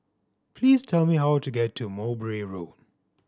please tell me how to get to Mowbray Road